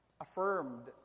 affirmed